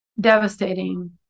devastating